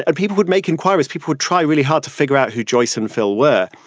and people would make inquiries. people would try really hard to figure out who joycean phil were.